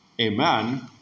amen